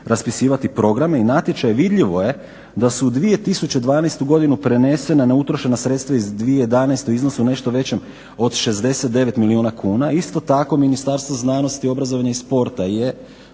raspisivati programe i natječaje. Vidljivo je da su u 2012. godinu prenesena neutrošena sredstva iz 2011. U iznosu nešto većem od 69 milijuna kuna. Isto tako, Ministarstvo znanosti, obrazovanja i sporta je